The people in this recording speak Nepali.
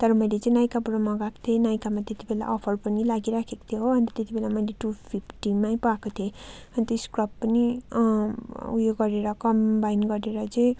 तर मैले चाहिँ नाइकाबाट मगाएको थिएँ नाइकामा त्यति बेला अफर पनि लागिराखेको थियो हो अन्त त्यति बेला मैले टु फिफ्टीमा पाएको थिएँ अनि त्यो स्क्रब पनि यो गरेर कम्बाइन गरेर चाहिँ